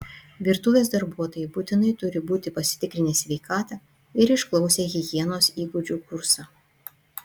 virtuvės darbuotojai būtinai turi būti pasitikrinę sveikatą ir išklausę higienos įgūdžių kursą